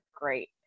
great